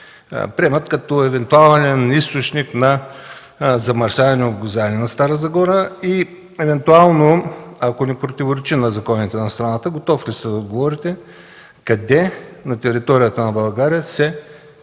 приемат като евентуален източник на замърсяване и обгазяване на Стара Загора? И евентуално, ако не противоречи на законите на страната, готов ли сте да отговорите къде на територията на България се